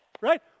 right